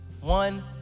One